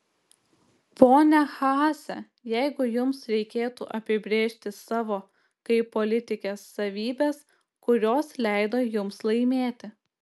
ponia haase jeigu jums reikėtų apibrėžti savo kaip politikės savybes kurios leido jums laimėti